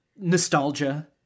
nostalgia